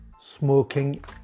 smoking